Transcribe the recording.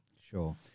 Sure